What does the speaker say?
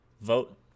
vote